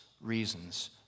reasons